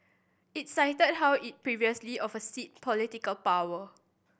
it cited how it previously of seat political power